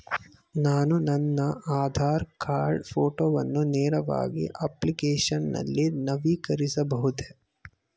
ನಾನು ನನ್ನ ಆಧಾರ್ ಕಾರ್ಡ್ ಫೋಟೋವನ್ನು ನೇರವಾಗಿ ಅಪ್ಲಿಕೇಶನ್ ನಲ್ಲಿ ನವೀಕರಿಸಬಹುದೇ?